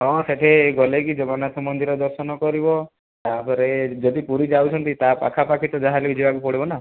ହଁ ସେଠିକି ଗଲେ କି ଜଗନ୍ନାଥ ମନ୍ଦିର ଦର୍ଶନ କରିବ ତାପରେ ଯଦି ପୁରୀ ଯାଉଛନ୍ତି ତା ପାଖା ପାଖି ତ ଯାହାହେଲେ ବି ଯିବାକୁ ପଡ଼ିବ ନା